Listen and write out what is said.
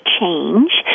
change